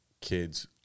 kids